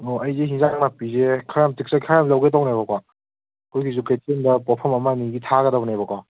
ꯑꯣ ꯑꯩꯁꯦ ꯑꯦꯟꯁꯥꯡ ꯅꯥꯄꯤꯁꯦ ꯈꯔ ꯑꯝꯇ ꯇꯦꯛꯆꯒꯦ ꯈꯔ ꯌꯥꯝ ꯂꯧꯒꯦ ꯇꯧꯕꯅꯦꯕꯀꯣ ꯑꯩꯈꯣꯏꯒꯤꯁꯨ ꯀꯩꯊꯦꯜꯗ ꯄꯣꯠꯐꯝ ꯑꯃ ꯑꯅꯤꯒꯤ ꯊꯥꯒꯗꯕꯅꯦꯕꯀꯣ